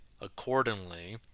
accordingly